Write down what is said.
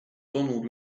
donald